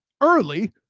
early